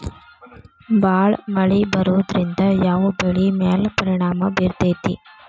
ಭಾಳ ಮಳಿ ಬರೋದ್ರಿಂದ ಯಾವ್ ಬೆಳಿ ಮ್ಯಾಲ್ ಪರಿಣಾಮ ಬಿರತೇತಿ?